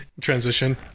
Transition